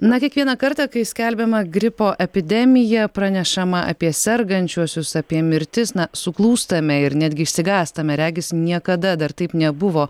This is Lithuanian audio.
na kiekvieną kartą kai skelbiama gripo epidemija pranešama apie sergančiuosius apie mirtis na suklūstame ir netgi išsigąstame regis niekada dar taip nebuvo